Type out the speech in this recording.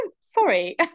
sorry